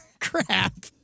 crap